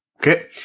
Okay